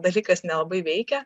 dalykas nelabai veikia